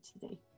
today